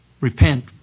Repent